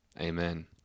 Amen